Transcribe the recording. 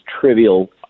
trivial